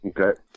Okay